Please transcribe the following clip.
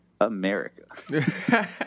America